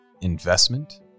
investment